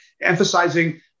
Emphasizing